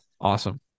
awesome